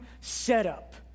setup